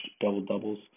double-doubles